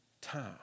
time